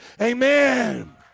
Amen